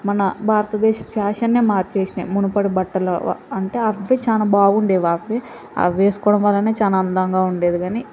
మన భారతదేశం ఫ్యాషన్నే మార్చేసినాయి మునుపటి బట్టలు అంటే అవే చాలా బాగుండేవి అవే అవి వేసుకోవడం వల్లనే చాలా అందంగా ఉండేది కానీ